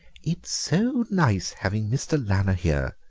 it's so nice having mr. lanner here,